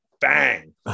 Bang